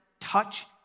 touch